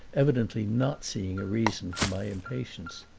evidently not seeing a reason for my impatience.